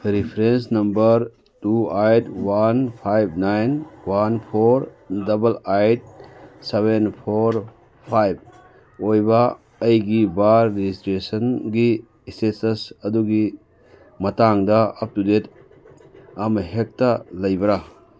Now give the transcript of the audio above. reference number two eight one five nine one four double eight seven four five ꯑꯣꯏꯕ ꯑꯩꯒꯤ birth ꯔꯦꯖꯤꯁꯇ꯭ꯔꯦꯁꯟꯒꯤ status ꯑꯗꯨꯒꯤ ꯃꯇꯥꯡꯗ up to date ꯑꯃꯍꯦꯛꯇ ꯂꯩꯕꯔꯥ